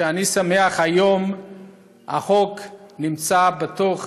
ואני שמח שהיום החוק בתוך